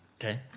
Okay